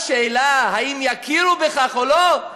השאלה אם יכירו בכך או לא,